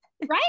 right